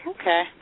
Okay